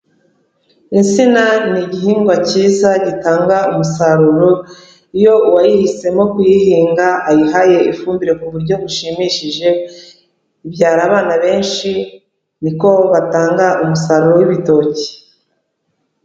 Insina ni igihingwa cyiza gitanga umusaruro, iyo uwayihisemo kuyihinga ayihaye ifumbire mu buryo bushimishije ibyara abana benshi, niko batanga umusaruro w'ibitoki.